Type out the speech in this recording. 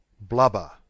blubber